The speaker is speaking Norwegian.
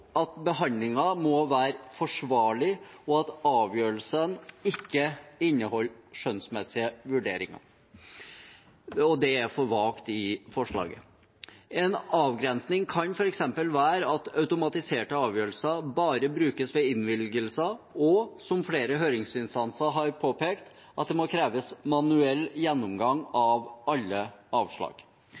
må være forsvarlig, og at «avgjørelsen ikke inneholder skjønnsmessige vurderinger», er for vagt i forslaget. En avgrensning kan f.eks. være at automatiserte avgjørelser bare brukes ved innvilgelser og – som flere høringsinstanser har påpekt – at det må kreves manuell gjennomgang av alle avslag.